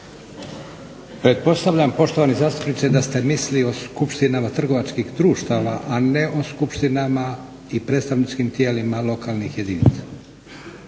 Pretpostavljam poštovani zastupniče da ste mislili o skupštinama trgovačkih društava, a ne o skupštinama i predstavničkim tijelima lokalnih jedinica?